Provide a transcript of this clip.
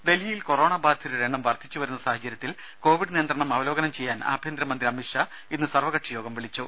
രുഭ ഡൽഹിയിൽ കൊറോണ ബാധിതരുടെ എണ്ണം വർധിച്ചു വരുന്ന സാഹചര്യത്തിൽ കോവിഡ് നിയന്ത്രണം അവലോകനം ചെയ്യാൻ ആഭ്യന്തര മന്ത്രി അമിത്ഷാ ഇന്ന് സർവകക്ഷി യോഗം വിളിച്ചു